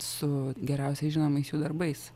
su geriausiai žinomais jų darbais